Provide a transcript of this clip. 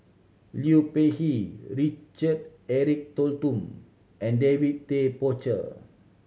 Liu Peihe Richard Eric Holttum and David Tay Poey Cher